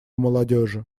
молодежи